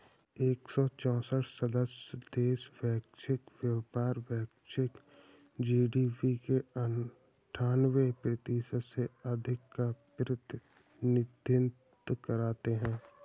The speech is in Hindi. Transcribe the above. एक सौ चौसठ सदस्य देश वैश्विक व्यापार, वैश्विक जी.डी.पी के अन्ठान्वे प्रतिशत से अधिक का प्रतिनिधित्व करते हैं